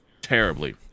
terribly